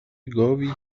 گاوی